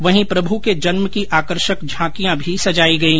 वहीं प्रभू के जन्म की आकर्षक झांकिया भी सजाई गई